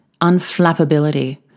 unflappability